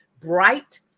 bright